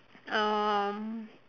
um